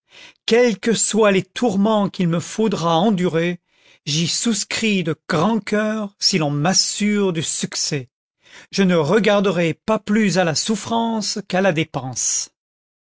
quels que soient les tourments qu'il me faudra endurer j'y souscris de grand cœur si l'on m'assure du succès je ne regarderai pas plus à la souffrance qu'à la dépense